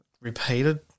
repeated